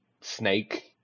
snake